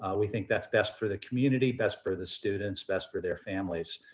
we think that's best for the community. best for the students. best for their families.